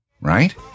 right